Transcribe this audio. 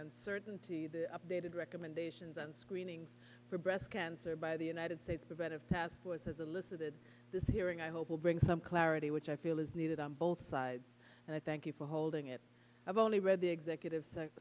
uncertainty the updated recommendations on screenings for breast cancer by the united states preventive task force as a listen to this hearing i hope will bring some clarity which i feel is needed on both sides and i thank you for holding it i've only read the executive s